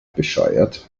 bescheuert